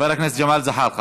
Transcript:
חבר הכנסת דב חנין, בבקשה.